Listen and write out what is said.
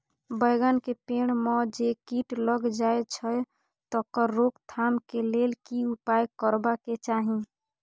बैंगन के पेड़ म जे कीट लग जाय छै तकर रोक थाम के लेल की उपाय करबा के चाही?